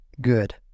good